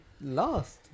lost